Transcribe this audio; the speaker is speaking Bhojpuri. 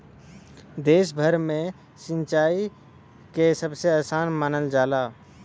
देश भर में सिंचाई के सबसे आसान मानल जाला